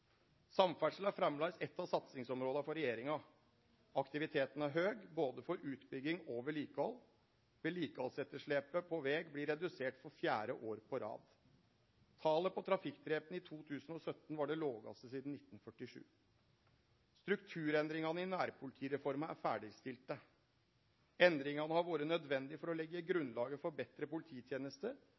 Vedlikehaldsetterslepet på veg blir redusert for fjerde år på rad. Talet på trafikkdrepne i 2017 var det lågaste sidan 1947. Strukturendringane i nærpolitireforma er ferdigstilte. Endringane har vore nødvendige for å leggje grunnlaget for betre polititenester